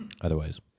Otherwise